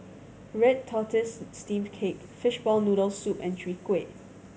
red tortoise steamed cake fishball noodles soup and Chwee Kueh